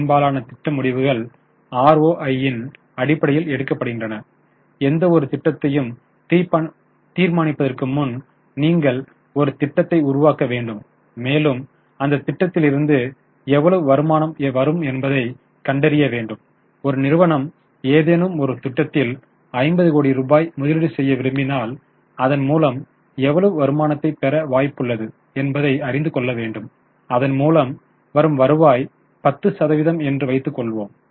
பெரும்பாலான திட்ட முடிவுகள் ROI ன் அடிப்படையில் எடுக்கப்படுகின்றன எந்தவொரு திட்டத்தையும் தீர்மானிப்பதற்கு முன் நீங்கள் ஒரு திட்டத்தை உருவாக்க வேண்டும் மேலும் அந்த திட்டத்திலிருந்து எவ்வளவு வருமானம் வரும் என்பதை கண்டறிய வேண்டும் ஒரு நிறுவனம் ஏதேனும் ஒரு திட்டத்தில் 50 கோடி ரூபாய் முதலீடு செய்ய விரும்பினால் அதன் மூலம் எவ்வளவு வருமானத்தை பெற வாய்ப்புள்ளது என்பதை அறிந்து கொள்ள வேண்டும் அதன் மூலம் வரும் வருவாய் 10 சதவிகிதம் என்று வைத்துக்கொள்வோம்